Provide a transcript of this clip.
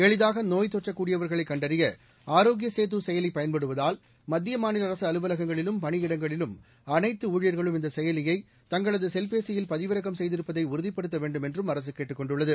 எளிதாகநோய்த் தொற்றக்கூடியவர்களைகண்டறியஆரோக்கியசேதுசெயலிபயன்படுவதால் மத்தியமாநிலஅரசுஅலுவலகங்களிலும் பணியிடங்களிலும் அனைத்துஊழியர்களும் இந்தசெயலியை தங்களதுசெல்பேசியில் பதிவிறக்கம் செய்திருப்பதைஉறுதிப்படுத்தவேண்டும் என்றும் அரசுகேட்டுக் கொண்டுள்ளது